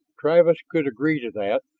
travis could agree to that.